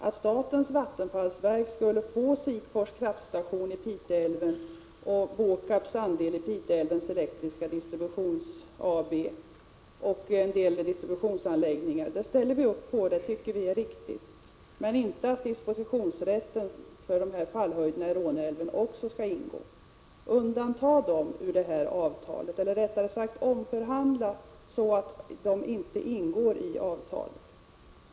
Att statens vattenfallsverk skall få Sikfors kraftstation i Piteälven och BÅKAB:s andeli Piteälvens Elektriska Distributions AB med en del distributionsanläggningar ställer vi upp på och tycker är riktigt. Men dispositionsrätten till fallhöjderna borde inte ingå. Undanta dem från avtalet! Eller rättare sagt: Omförhandla så att de inte ingår i avtalet!